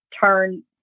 turn